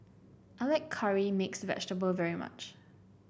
I like curry mix vegetable very much